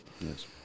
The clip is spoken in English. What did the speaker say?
Yes